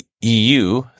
EU